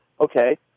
Okay